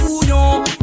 bouillon